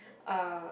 uh